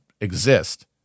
exist